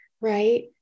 Right